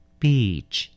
beach